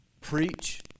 Preach